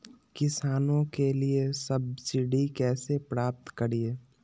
किसानों के लिए सब्सिडी कैसे प्राप्त करिये?